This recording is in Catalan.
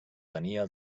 tenia